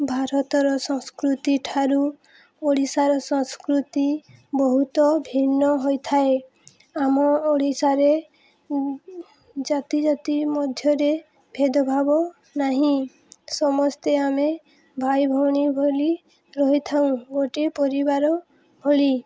ଭାରତର ସଂସ୍କୃତିଠାରୁ ଓଡ଼ିଶାର ସଂସ୍କୃତି ବହୁତ ଭିନ୍ନ ହୋଇଥାଏ ଆମ ଓଡ଼ିଶାରେ ଜାତି ଜାତି ମଧ୍ୟରେ ଭେଦଭାବ ନାହିଁ ସମସ୍ତେ ଆମେ ଭାଇ ଭଉଣୀ ଭଲି ରହିଥାଉ ଗୋଟିଏ ପରିବାର ଭଲି